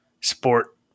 sport